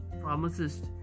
pharmacist